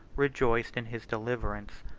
rejoiced in his deliverance.